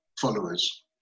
followers